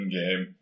game